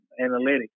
analytics